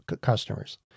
customers